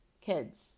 kids